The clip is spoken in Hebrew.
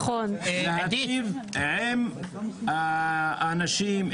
להיטיב עם האנשים,